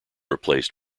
replaced